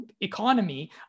economy